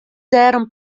dêrom